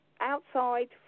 Outside